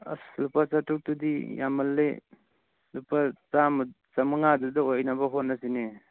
ꯑꯁ ꯂꯨꯄꯥ ꯆꯥꯇꯔꯨꯛꯇꯨꯗꯤ ꯌꯥꯝꯃꯜꯂꯦ ꯂꯨꯄꯥ ꯆꯥꯃ ꯆꯃꯉꯥꯗꯨꯗ ꯑꯣꯏꯅꯕ ꯍꯣꯠꯅꯁꯤꯅꯦ